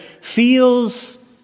feels